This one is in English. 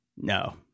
No